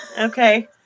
Okay